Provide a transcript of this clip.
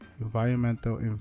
environmental